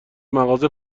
مغازه